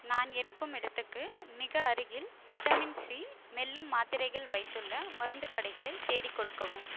நான் இருக்கும் இடத்துக்கு மிக அருகில் விட்டமின் சி மெல்லும் மாத்திரைகள் வைத்துள்ள மருந்துக் கடைகளைத் தேடிக் கொடுக்கவும்